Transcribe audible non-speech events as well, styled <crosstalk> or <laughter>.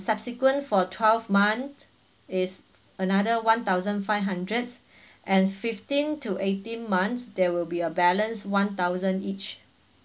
subsequent for twelve month is another one thousand five hundred <breath> and fifteen to eighteen months there will be a balance one thousand each